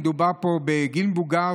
מדובר בגיל מבוגר,